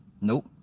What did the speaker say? Nope